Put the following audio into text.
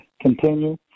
continue